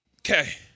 Okay